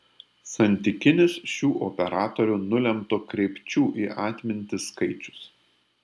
santykinis šių operatorių nulemto kreipčių į atmintį skaičius